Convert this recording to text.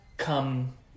come